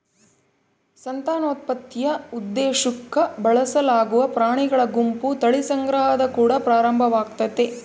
ಸಂತಾನೋತ್ಪತ್ತಿಯ ಉದ್ದೇಶುಕ್ಕ ಬಳಸಲಾಗುವ ಪ್ರಾಣಿಗಳ ಗುಂಪು ತಳಿ ಸಂಗ್ರಹದ ಕುಡ ಪ್ರಾರಂಭವಾಗ್ತತೆ